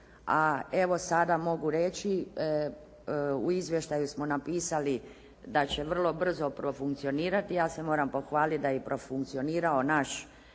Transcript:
a evo sada mogu reći u izvještaju smo napisali da će vrlo brzo profunkcionirati i ja se moram pohvaliti da je profunkcionirao naš